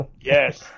Yes